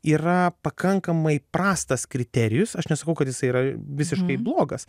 yra pakankamai prastas kriterijus aš nesakau kad jisai yra visiškai blogas